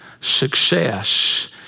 success